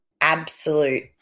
absolute